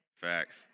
Facts